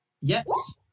Yes